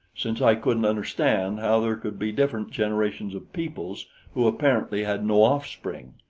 since i couldn't understand how there could be different generations of peoples who apparently had no offspring.